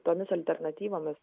tomis alternatyvomis